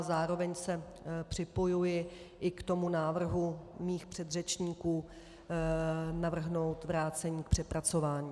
Zároveň se připojuji i k tomu návrhu mých předřečníků navrhnout vrácení k přepracování.